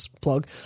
Plug